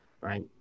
right